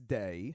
day